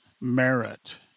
merit